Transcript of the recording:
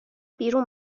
بیرون